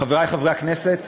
חברי חברי הכנסת,